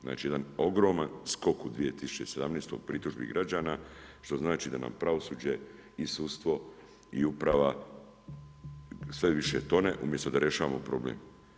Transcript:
Znači jedan ogroman skok u 2017. pritužbi građana što znači da nam pravosuđe i sudstvo i uprava sve više tone umjesto da rješavamo problem.